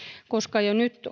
koska jo nyt